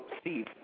Steve